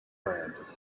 bread